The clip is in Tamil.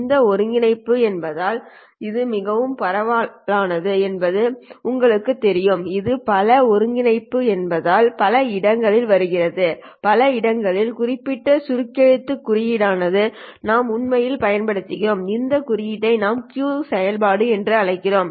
இந்த ஒருங்கிணைப்பு என்பதால் இது மிகவும் பிரபலமானது என்பது உங்களுக்குத் தெரியும் இது பல இடங்களில் வருகிறது பல இடங்களில் ஒரு குறிப்பிட்ட சுருக்கெழுத்து குறியீடானது நாம் உண்மையில் பயன்படுத்துகிறோம் இந்த குறியீட்டை நாம் Q செயல்பாடு என்று அழைக்கிறோம்